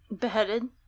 Beheaded